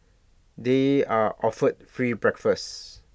they are offered free breakfast